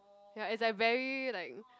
ya it's like very like